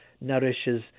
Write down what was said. nourishes